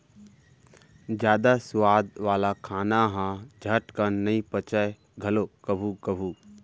जादा सुवाद वाला खाना ह झटकन नइ पचय घलौ कभू कभू